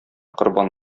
корбан